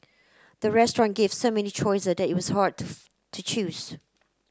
the restaurant gave so many choice that it was hard to choose